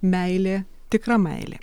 meilė tikra meilė